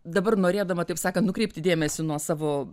dabar norėdama taip sakant nukreipti dėmesį nuo savo